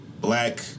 black